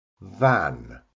Van